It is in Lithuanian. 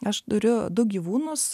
aš turiu du gyvūnus